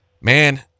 Man